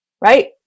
right